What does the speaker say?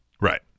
Right